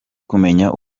kumenya